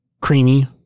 creamy